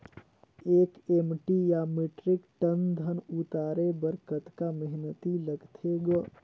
एक एम.टी या metric ton धन उतारे बर कतका मेहनती लगथे ग?